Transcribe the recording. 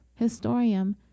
Historium